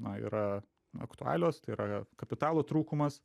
na yra aktualios tai yra kapitalo trūkumas